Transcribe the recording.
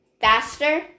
faster